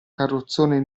carrozzone